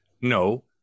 No